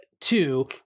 two